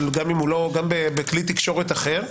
אבל גם בכלי תקשורת אחר.